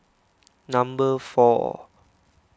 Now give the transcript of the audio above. number four